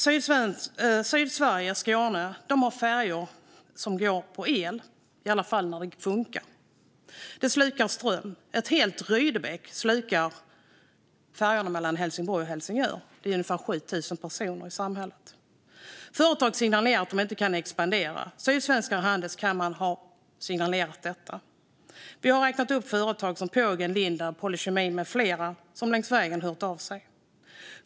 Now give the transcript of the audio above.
Sydsverige, Skåne, har färjor som går på el - i alla fall när det funkar. De slukar ström. Färjorna mellan Helsingborg och Helsingör slukar ett helt Rydebäck, vilket är ett samhälle på ungefär 7 000 personer. Företag signalerar att de inte kan expandera; Sydsvenska Handelskammaren har signalerat detta. Vi har räknat upp företag som Pågen, Lindab, Polykemi med flera, som har hört av sig längs vägen.